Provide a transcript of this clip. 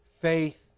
faith